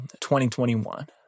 2021